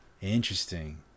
Interesting